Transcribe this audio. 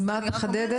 אז מה את מחדדת?